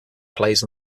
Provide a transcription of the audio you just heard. plays